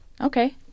Okay